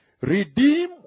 Redeem